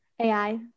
AI